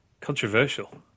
Controversial